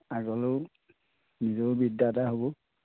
আগলৈয়ো নিজৰো বিদ্যা এটা হ'ব